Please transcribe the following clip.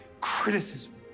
criticism